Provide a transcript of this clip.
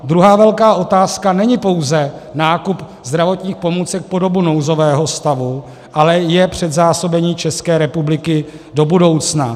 Druhá velká otázka není pouze nákup zdravotních pomůcek po dobu nouzového stavu, ale je předzásobení České republiky do budoucna.